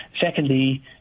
Secondly